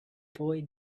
boy